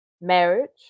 marriage